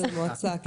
המועצה.